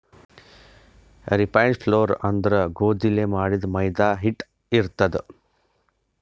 refined flour ಅಂದ್ರ ಗೋಧಿಲೇ ಮಾಡಿದ್ದ್ ಮೈದಾ ಹಿಟ್ಟ್ ಇರ್ತದ್